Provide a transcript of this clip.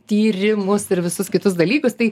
tyrimus ir visus kitus dalykus tai